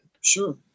Sure